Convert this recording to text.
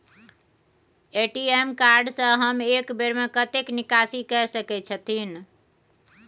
ATM card से हम एक बेर में कतेक निकासी कय सके छथिन?